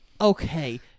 okay